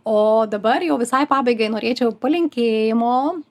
o dabar jau visai pabaigai norėčiau palinkėjimo